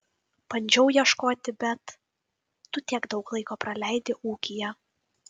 bandžiau ieškoti bet tu tiek daug laiko praleidi ūkyje